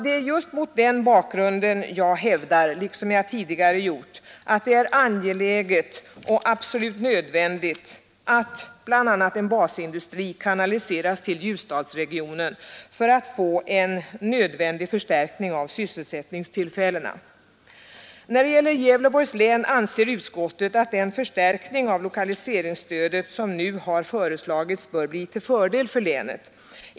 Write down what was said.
Det är just mot den bakgrunden jag liksom tidigare hävdar att det är angeläget och absolut nödvändigt att bl.a. en basindustri kanaliseras till Ljusdalsregionen för att få en nödvändig förstärkning av sysselsättningstillfällena. När det gäller Gävleborgs län anser utskottet, att den förstärkning av lokaliseringsstödet som nu har föreslagits bör bli till fördel för länet.